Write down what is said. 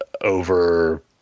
over